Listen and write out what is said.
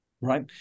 Right